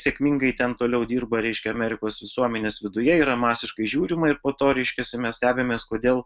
sėkmingai ten toliau dirba reiškia amerikos visuomenės viduje yra masiškai žiūrima ir po to reiškiasi mes stebimės kodėl